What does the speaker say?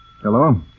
Hello